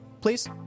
please